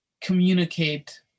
communicate